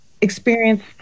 experienced